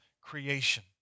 creation